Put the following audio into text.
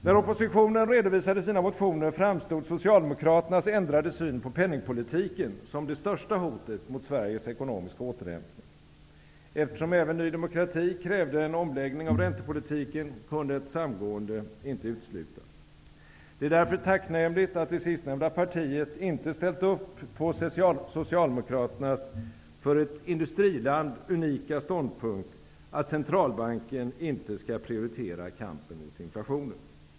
När oppositionen redovisade sina motioner, framstod Socialdemokraternas ändrade syn på penningpolitiken som det största hotet mot Sveriges ekonomiska återhämtning. Eftersom även Ny demokrati krävde en omläggning av räntepolitiken, kunde ett samgående inte uteslutas. Det är därför tacknämligt att det sistnämnda partiet inte ställt upp på Socialdemokraternas för ett industriland unika ståndpunkt, att centralbanken inte skall prioritera kampen mot inflationen.